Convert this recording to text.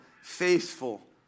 faithful